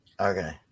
Okay